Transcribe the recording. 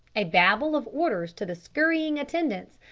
a babble of orders to the scurrying attendants,